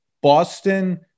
boston